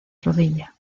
rodilla